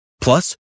Plus